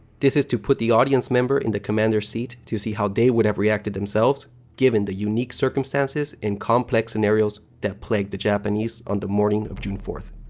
this is to put the audience member in the commander's seat to see how they would have reacted themselves given the unique circumstances and complex scenarios that plagued the japanese on the morning of june fourth.